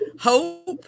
Hope